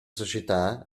società